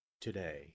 today